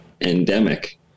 endemic